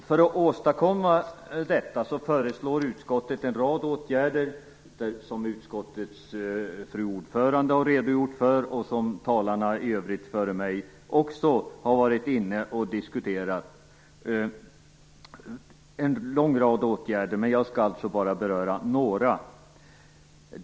För att åstadkomma detta föreslår utskottet en lång rad åtgärder, som utskottets fru ordförande har redogjort för, och som talarna i övrigt före mig också har diskuterat. Men jag skall bara beröra några.